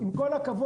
עם כל הכבוד,